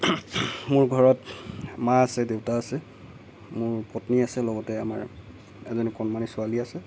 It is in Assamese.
মোৰ ঘৰত মা আছে দেউতা আছে মোৰ পত্নী আছে লগতে আমাৰ এজনী কণমানি ছোৱালী আছে